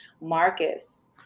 Marcus